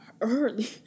early